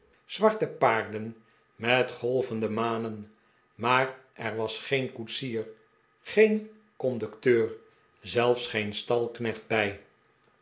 zwarte paarden met golvende manen maar er was geen koetsier geen conducteur zelfs geen stalknecht bij